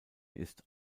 ist